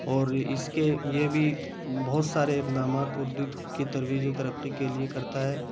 اور اس کے یہ بھی بہت سارے اقدامات اردو کی ترویج و ترقی کے لیے کرتا ہے